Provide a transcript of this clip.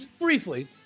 briefly